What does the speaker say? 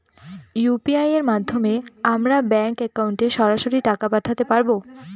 UPI এর মাধ্যমে আমরা ব্যাঙ্ক একাউন্টে সরাসরি টাকা পাঠাতে পারবো?